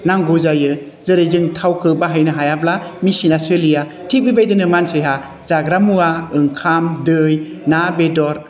नांगौ जायो जेरै जों थावखौ बाहायनो हायाब्ला मेसिना सोलिया थिक बेबायदिनो मानसिहा जाग्रा मुवा ओंखाम दै ना बेदर